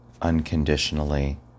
unconditionally